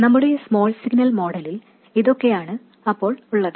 നമ്മുടെ small signal മോഡലിൽ ഇതൊക്കെയാണ് ഉള്ളത്